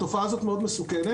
התופעה הזאת מאוד מסוכנת,